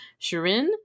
Shirin